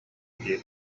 дии